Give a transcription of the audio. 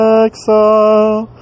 exile